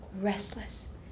restless